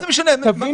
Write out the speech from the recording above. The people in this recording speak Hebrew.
מה זה משנה?